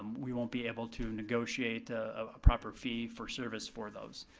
we won't be able to negotiate a ah proper fee for service for those.